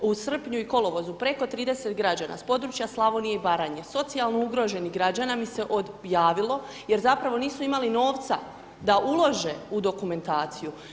U srpnju i kolovozu preko 30 građana s područja Slavonije i Baranje, socijalno ugroženih građana, mi se javilo jer zapravo nisu imali novca da ulože u dokumentaciju.